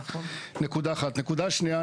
נקודה שנייה,